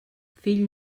fill